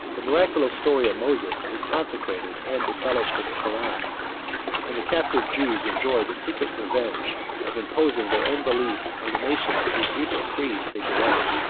the miraculous story of moses is consecrated and embellished in the koran and the captive jews enjoy the secret revenge of imposing their own belief on the nations whose recent creeds they deride.